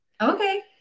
Okay